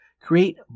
create